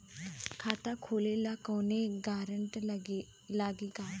खाता खोले ला कौनो ग्रांटर लागी का?